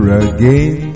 again